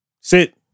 Sit